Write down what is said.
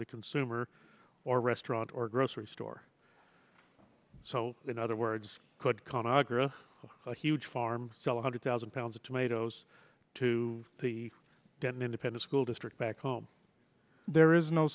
the consumer or restaurant or grocery store so in other words could con agra a huge farm sell a hundred thousand pounds of tomatoes to the dead independent school district back home there is no